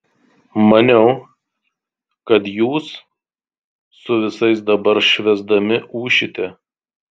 maniau kad jūs su visais dabar švęsdami ūšite